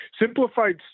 simplified